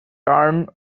tarn